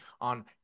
on